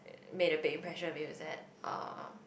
made a big impression to me was that uh